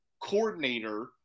coordinator